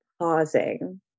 pausing